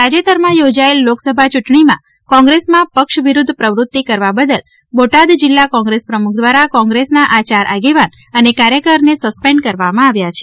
તાજેતર માં યોજાયેલ લોકસભા ચૂંટણી માં કોંગ્રેસ માં પક્ષ વિરુદ્ધ પ્રવૃત્તિ કરવા બદલ બોટાદ જિલ્લા કોંગ્રેસ પ્રમુખ દ્વારા કોંગ્રેસ ના ચાર આગેવાન અને કાર્યકર ને સસ્પેન્ડ કરવામાં આવેલ છે